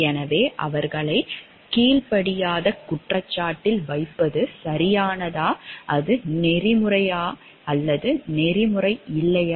எனவே அவர்களை கீழ்படியாத குற்றச்சாட்டில் வைப்பது சரியானதா அது நெறிமுறையா அல்லது நெறிமுறை இல்லையா